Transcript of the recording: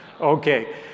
Okay